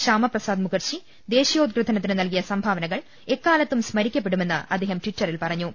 ശ്യാമപ്രസാദ് മുഖർജി ദേശീയോദ്ഗ്ര ഥനത്തിന് ന്ൽകിയ സംഭാവനകൾ എക്കാലത്തും സ്മരിക്കപ്പെ ടുമെന്ന് അദ്ദേഹം ട്വിറ്ററിൽ പറഞ്ഞു